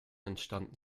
entstanden